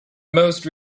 most